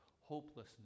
hopelessness